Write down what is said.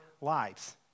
lives